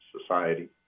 society